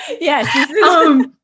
Yes